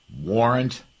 warrant